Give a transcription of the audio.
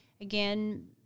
again